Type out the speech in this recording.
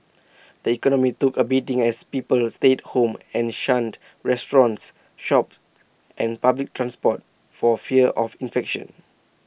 the economy took A beating as people stayed home and shunned restaurants shops and public transport for fear of infection